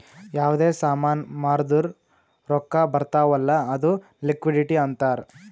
ಯಾವ್ದೇ ಸಾಮಾನ್ ಮಾರ್ದುರ್ ರೊಕ್ಕಾ ಬರ್ತಾವ್ ಅಲ್ಲ ಅದು ಲಿಕ್ವಿಡಿಟಿ ಅಂತಾರ್